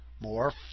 More